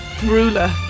Ruler